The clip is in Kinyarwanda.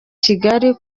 kigali